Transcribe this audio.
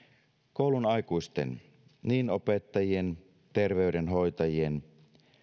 koulun aikuisten niin opettajien terveydenhoitajien